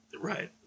Right